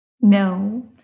No